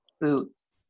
boots